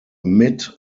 mid